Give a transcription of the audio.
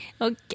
Okay